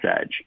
edge